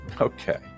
okay